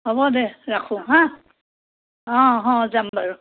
হ'ব দে ৰাখো হাঁ অঁ অঁ যাম বাৰু